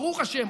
ברוך השם.